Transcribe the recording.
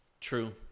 true